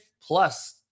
plus